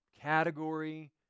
category